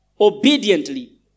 obediently